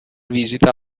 visita